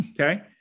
Okay